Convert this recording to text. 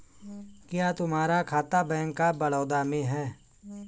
क्या तुम्हारा खाता बैंक ऑफ बड़ौदा में है?